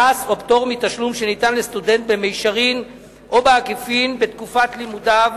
פרס או פטור מתשלום שניתן לסטודנט במישרין או בעקיפין בתקופת לימודיו